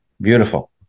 Beautiful